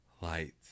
light